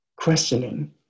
questioning